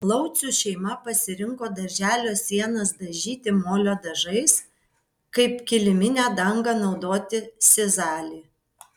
laucių šeima pasirinko darželio sienas dažyti molio dažais kaip kiliminę dangą naudoti sizalį